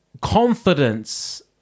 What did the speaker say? confidence